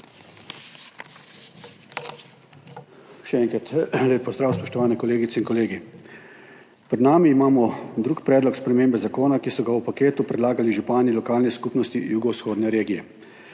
Še enkrat, lep pozdrav, spoštovane kolegice in kolegi! Pred nami imamo drugi predlog spremembe zakona, ki so ga v paketu predlagali župani lokalnih skupnosti Jugovzhodne regije.